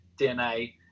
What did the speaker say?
DNA